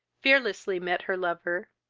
fearlessly met her lover,